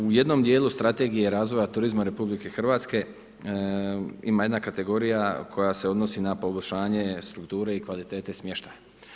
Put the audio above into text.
U jednom dijelu Strategije razvoja turizma RH ima jedna kategorija koja se odnosi na poboljšanje strukture i kvalitete smještaja.